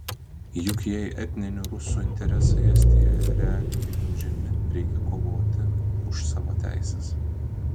juk jei etninių rusų interesai estijoje realiai gniaužiami reikia kovoti už savo teises